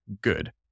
good